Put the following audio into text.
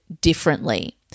differently